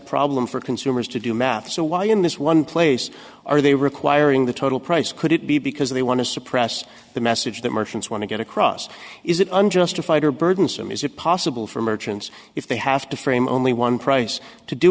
problem for consumers to do math so why in this one place are they requiring the total price could it be because they want to suppress the message that merchants want to get across is it unjustified or burdensome is it possible for merchants if they have to frame only one price to do